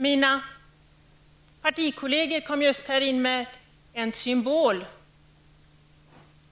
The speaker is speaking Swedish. Mina partikollegor har just kommit in i kammaren med en symbol.